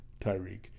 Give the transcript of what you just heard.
Tyreek